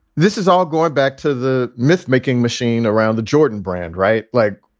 this is all going back to the mythmaking machine around the jordan brand. right. like,